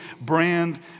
brand